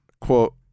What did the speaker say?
quote